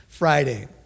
Friday